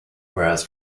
whereas